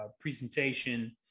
presentation